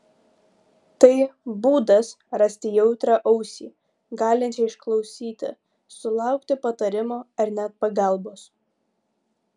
tai būdas rasti jautrią ausį galinčią išklausyti sulaukti patarimo ar net pagalbos